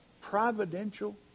providential